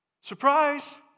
Surprise